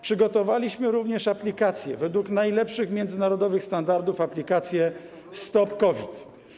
Przygotowaliśmy również aplikację według najlepszych międzynarodowych standardów, aplikację STOP COVID.